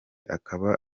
akaba